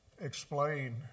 explain